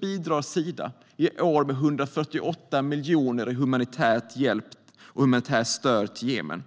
bidrar Sida i år med 148 miljoner i humanitär hjälp och humanitärt stöd till Jemen.